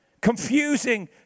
confusing